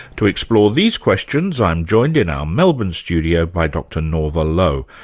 to explore these questions i'm joined in our melbourne studio by dr norva lo,